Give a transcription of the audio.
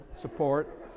support